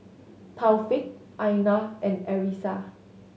Taufik Aina and Arissa